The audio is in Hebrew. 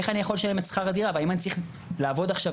איך אני יכול לשלם את שכר הדירה והאם אני צריך לעבוד עכשיו